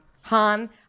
Han